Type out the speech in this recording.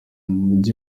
mujyi